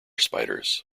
spiders